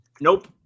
Nope